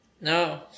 No